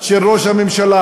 של ראש הממשלה.